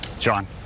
John